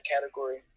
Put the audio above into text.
category